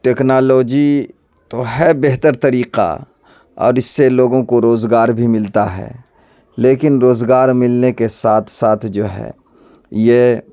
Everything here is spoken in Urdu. ٹیکنالوجی تو ہے بہتر طریقہ اور اس سے لوگوں کو روزگار بھی ملتا ہے لیکن روزگار ملنے کے ساتھ ساتھ جو ہے یہ